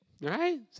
Right